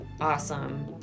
awesome